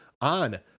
on